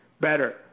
better